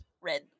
red